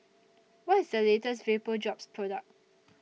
What IS The latest Vapodrops Product